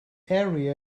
area